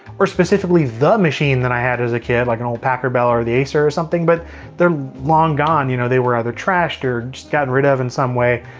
specifically the machine that i had as a kid, like an old packard bell or the acer or something. but they're long gone, you know. they were either trashed or just gotten rid of in some way,